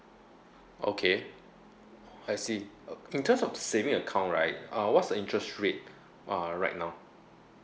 okay I see uh in terms of saving account right uh what's the interest rate uh right now